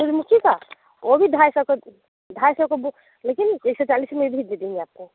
सूरजमुखी का वो भी ढाई सौ का ढाई सौ का बूक लेकिन एक सौ चालीस में भी दे देंगे आपको